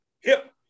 hip